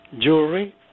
jewelry